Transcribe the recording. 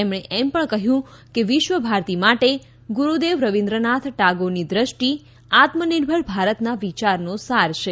તેમણે એમ પણ કહ્યું કે વિશ્વભારતી માટે ગુરૂદેવ રવિન્દ્રનાથ ટાગોરની દ્રષ્ટિ આત્મનિર્ભર ભારતના વિચારનો સાર છે